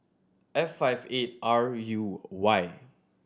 F five eight R U Y